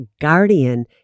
guardian